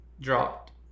dropped